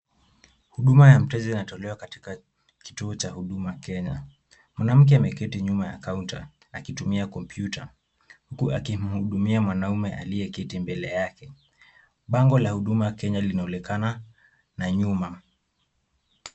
Huduma ya mteja inatolewa katika kituo cha huduma Kenya. Mwanamke ameketi nyuma ya counter akitumia kompyuta huku akimhudumia mwanaume aliyeketi mbele yake. Bango la huduma Kenya linaonekana na nyuma.